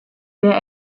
der